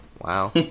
Wow